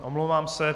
Omlouvám se.